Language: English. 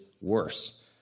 worse